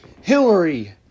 Hillary